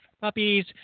Puppies